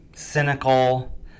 cynical